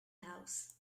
house